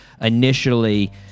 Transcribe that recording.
initially